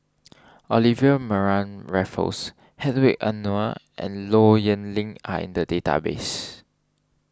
Olivia Mariamne Raffles Hedwig Anuar and Low Yen Ling are in the database